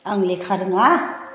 आं लेखा रोङा